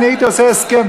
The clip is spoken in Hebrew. אני הייתי עושה הסכם,